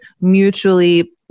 mutually